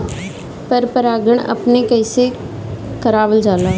पर परागण अपने से कइसे करावल जाला?